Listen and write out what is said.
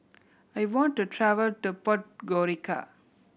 I want to travel to Podgorica